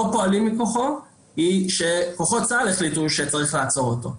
פועלים מכוחו היא שכוחות צה"ל החליטו שצריך לעצור אותו.